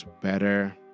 better